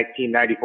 1994